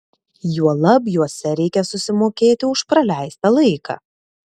juolab juose reikia susimokėti už praleistą laiką